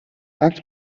ганц